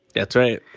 that's right.